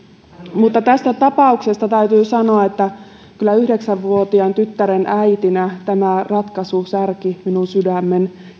tästä tapauksesta täytyy sanoa että kyllä yhdeksän vuotiaan tyttären äitinä ja juristina tämä ratkaisu särki minun sydämeni